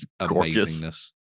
amazingness